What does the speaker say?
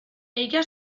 ella